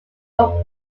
were